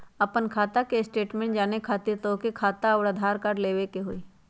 आपन खाता के स्टेटमेंट जाने खातिर तोहके खाता अऊर आधार कार्ड लबे के होइ?